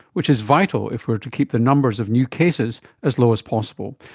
which is vital if we are to keep the numbers of new cases as low as possible.